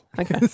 Okay